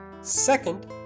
Second